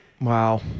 Wow